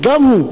גם הוא,